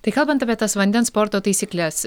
tai kalbant apie tas vandens sporto taisykles